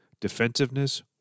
defensiveness